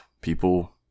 people